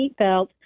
seatbelt